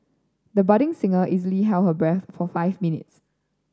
the budding singer easily held her breath for five minutes